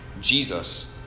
Jesus